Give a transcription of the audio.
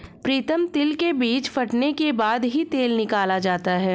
प्रीतम तिल के बीज फटने के बाद ही तेल निकाला जाता है